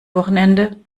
wochenende